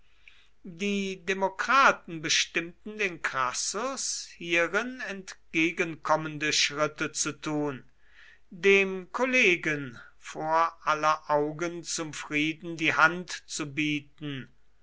die demokraten bestimmten den crassus hierin entgegenkommende schritte zu tun dem kollegen vor aller augen zum frieden die hand zu bieten